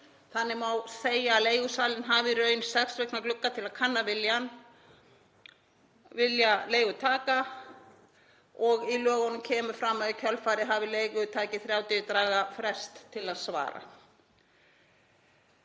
Þannig má segja að leigusalinn hafi í raun sex vikna glugga til að kanna vilja leigutaka. Í lögunum kemur fram að í kjölfarið hafi leigutaki 30 daga frest til að svara.